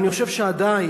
אני חושב שעדיין,